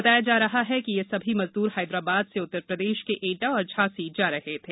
बताया जा रहा है कि ये सभी मजदूर हैदराबाद से उत्तरप्रदेश के एटा और झांसी जा रहे थे